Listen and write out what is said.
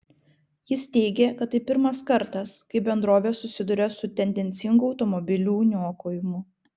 jis teigė kad tai pirmas kartas kai bendrovė susiduria su tendencingu automobilių niokojimu